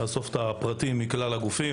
לאסוף את הפרטים מכלל הגופים.